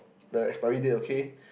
the expiry date okay